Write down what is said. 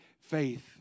faith